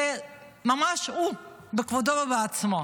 זה ממש הוא, בכבודו ובעצמו.